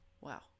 Wow